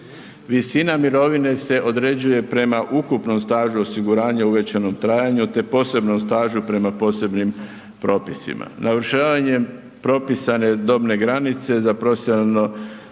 Visina mirovine se određuje prema ukupnom stažu osiguranja u uvećanom trajanju te posebnom stažu prema posebnim propisima. Navršavanjem propisane dobne granice za profesionalno